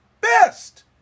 best